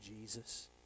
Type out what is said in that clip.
Jesus